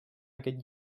aquest